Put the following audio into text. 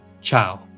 Ciao